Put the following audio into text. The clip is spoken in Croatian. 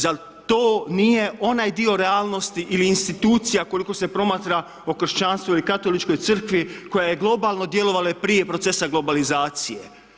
Zar to nije onaj dio realnosti ili institucija, koliko se promatra o kršćanstvu ili Katoličkoj crkvi, koja je globalno djelovala i prije procesa globalizacije.